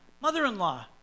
mother-in-law